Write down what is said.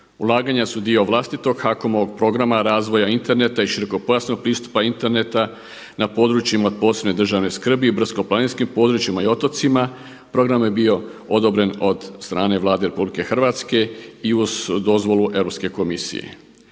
Ulaganja su dio vlastitog HAKOM-ovog Programa razvoja interneta i širokopojasnog pristupa interneta na područjima od posebne državne skrbi i brdsko-planinskim područjima i otocima. Program je bio odobren od strane Vlade RH i uz dozvolu Europske komisije.